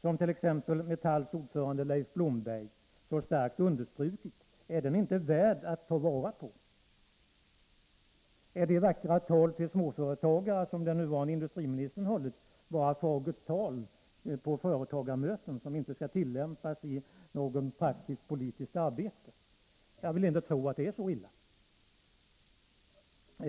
som t.ex. Metalls ordförande Leif Blomberg så starkt understrukit inte värd att ta vara på? Är de vackra tal till småföretagarna som den nuvarande industriministern hållit bara fagert tal på företagarmöten och inte något som skall tillämpas i praktiskt politiskt arbete? Jag vill inte tro att det är så illa.